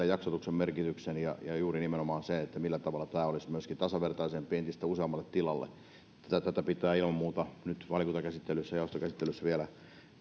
jaksotuksen merkityksen ja ja juuri nimenomaan sen millä tavalla tämä olisi myöskin tasavertaisempi entistä useammalle tilalle tätä pitää ilman muuta nyt valiokuntakäsittelyssä jaostokäsittelyssä vielä